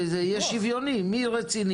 וזה יהיה שוויוני מי רציני,